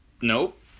Nope